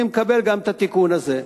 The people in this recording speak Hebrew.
אני מקבל גם את התיקון הזה.